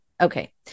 Okay